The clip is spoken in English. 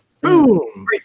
Boom